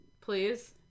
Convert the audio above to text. Please